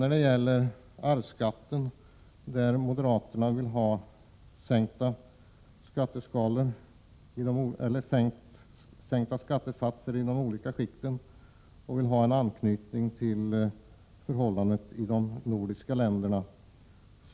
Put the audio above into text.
När det gäller arvsskatten föreslår moderaterna en sänkning av skattesatserna i de olika skikten för att åstadkomma en anknytning till förhållandena i de övriga nordiska länderna.